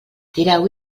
tireu